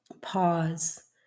Pause